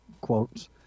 quotes